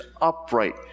upright